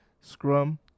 scrum